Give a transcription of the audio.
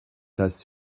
tasse